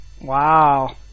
Wow